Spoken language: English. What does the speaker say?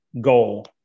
goal